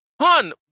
hun